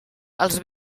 els